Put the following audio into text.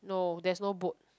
no there's no boat